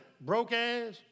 Broke-ass